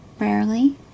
Rarely